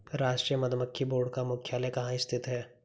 राष्ट्रीय मधुमक्खी बोर्ड का मुख्यालय कहाँ स्थित है?